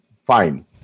Fine